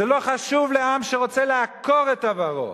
זה לא חשוב לעם שרוצה לעקור את עברו,